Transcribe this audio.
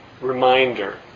reminder